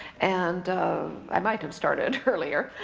and i might have started earlier,